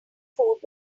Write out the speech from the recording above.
food